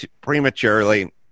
prematurely